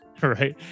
right